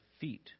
feet